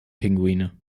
pinguine